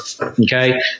Okay